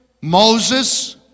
Moses